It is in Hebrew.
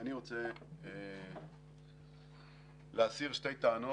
אני רוצה להסיר שתי טענות.